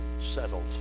settled